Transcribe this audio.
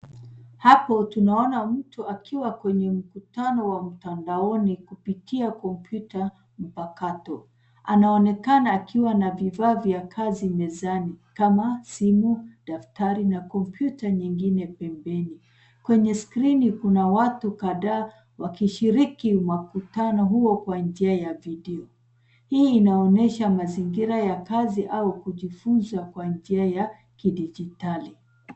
Hapo tunaona mtu akiwa kwenye mkutano wa mtandaoni kupitia kompyuta mpakato. Anaonekana akiwa na vifaa vya kazi mezani kama simu, daftari na kompyuta nyingine pembeni. Kwenye skrini kuna watu kadhaa wakishiriki makutano huo kwa njia ya video. Hii inaonyesha mazingira ya kazi au kujifunza kwa njia ya kidijitali.